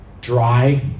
Dry